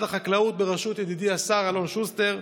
החקלאות בראשות ידידי השר אלון שוסטר,